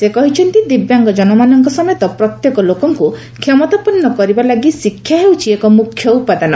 ସେ କହିଛନ୍ତି ଦିବ୍ୟାଙ୍ଗଜନମାନଙ୍କ ସମେତ ପ୍ରତ୍ୟେକ ଲୋକଙ୍କୁ କ୍ଷମତାପନ୍ନ କରିବା ଲାଗି ଶିକ୍ଷା ହେଉଛି ଏକ ମୁଖ୍ୟ ଉପାଦାନ